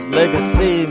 legacy